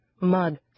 Mud